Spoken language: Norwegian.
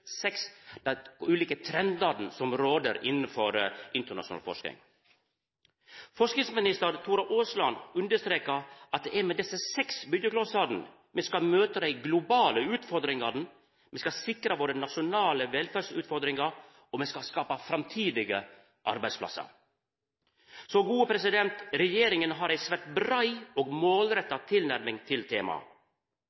seks byggjeklossane me skal møta dei globale utfordringane, me skal sikra våre nasjonale velferdsutfordringar og me skal skapa framtidige arbeidsplassar. Så regjeringa har ei svært brei og